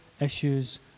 issues